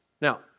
Now